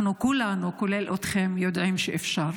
אנחנו כולנו, כולל אתם, יודעים שאפשר.